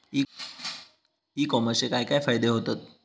E कॉमर्सचे काय काय फायदे होतत?